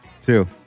two